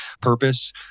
purpose